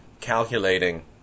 calculating